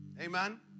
Amen